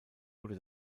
wurde